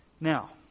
now